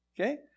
Okay